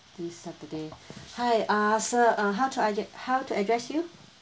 this saturday hi uh sir uh how do I get how to address you